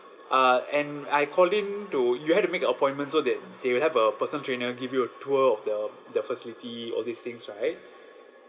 uh and I called in to you had to make a appointment so that they will have a personal trainer give you a tour of the the facility all these things right